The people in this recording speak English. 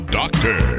doctor